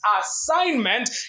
assignment